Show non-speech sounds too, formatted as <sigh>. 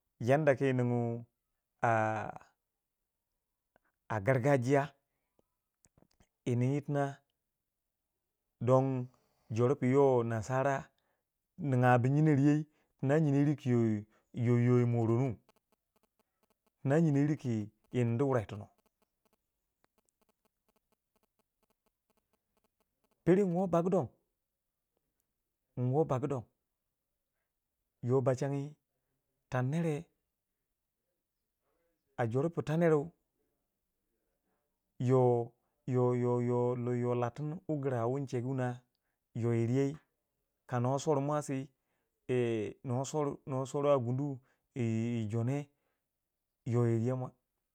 yanda ku yiningu a a gargajiya yi nin yi tina don jor pu yo nasara ningya bu yinori yo, tina nyino yir ku yo yi yo yi morangu tina nyino yiru ku yi nindi wurei yitono. pere nwo bagu don nwo bagu don yo bachangyi tar nere a jor pu ta neru yo yo yo yo latin wu gira wunchegu wuna yoh yir ye kanuwa swori mwasi <hesitation> nuwa swori nuwa swori a gundu yi yi jone yo nyewa.